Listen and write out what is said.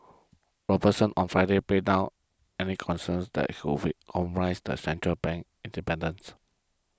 Robertson on Friday played down any concerns that compromise central bank's independence